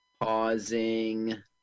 Pausing